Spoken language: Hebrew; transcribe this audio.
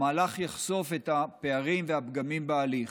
המהלך יחשוף את הפערים והפגמים בהליך,